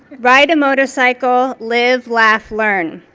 ride a motorcycle, live, laugh, learn.